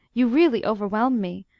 you really overwhelm me.